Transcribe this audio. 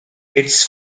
its